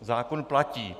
Zákon platí.